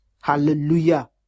Hallelujah